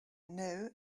know